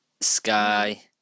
sky